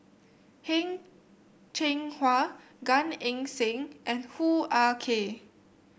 Heng Cheng Hwa Gan Eng Seng and Hoo Ah Kay